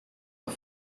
are